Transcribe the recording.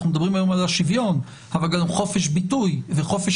אנחנו מדברים היום על השוויון אבל גם חופש ביטוי וחופש